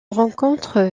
rencontre